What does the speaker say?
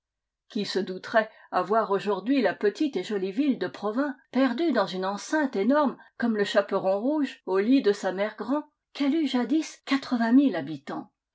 qui se douterait à voir aujourd'hui la petite et jolie ville de provins perdue dans une enceinte énorme comme le chaperon rouge au lit de sa inère grand qu'elle eut jadis habitants